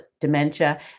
dementia